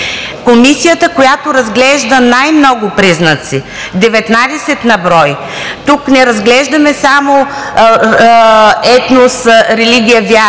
Комисията, която разглежда най-много признаци – 19 на брой. Тук не разглеждаме само етнос, религия, вяра,